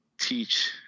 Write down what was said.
teach